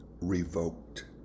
revoked